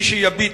מי שיביט,